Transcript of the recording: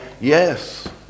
yes